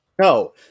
No